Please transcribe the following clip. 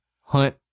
hunt